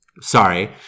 sorry